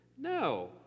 No